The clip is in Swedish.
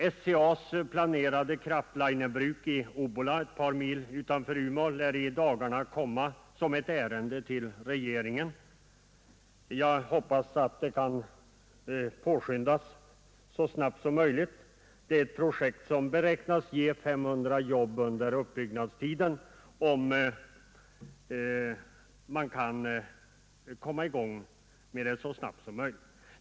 Ett förslag om SCA :s planerade kraftlinerbruk i Obbola, ett par mil utanför Umeå, lär i dagarna komma till regeringen för behandling. Jag hoppas att prövningen kan göras med stor skyndsamhet. Det är ett projekt som beräknas ge 500 jobb under uppbyggnadstiden.